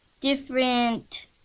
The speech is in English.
different